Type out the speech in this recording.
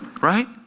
Right